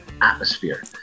atmosphere